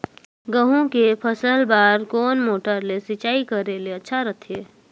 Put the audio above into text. गहूं के फसल बार कोन मोटर ले सिंचाई करे ले अच्छा रथे?